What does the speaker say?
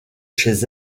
chez